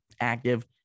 active